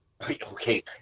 Okay